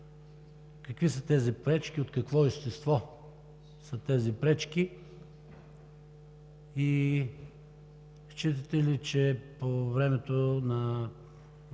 Какви са тези пречки, от какво естество са тези пречки? Считате ли, че по време на